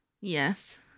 Yes